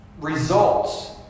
results